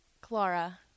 Clara